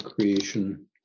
creation